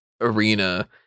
arena